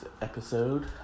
episode